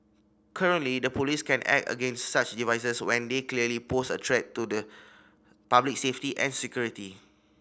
currently the police can act against such devices when they clearly pose a threat to the public safety and security